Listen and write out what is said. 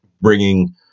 bringing